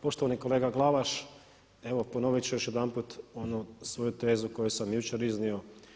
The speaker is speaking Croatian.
Poštovani kolega Glavaš, evo ponoviti ću još jedanput onu svoju tezu koju sam jučer iznio.